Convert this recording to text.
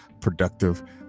productive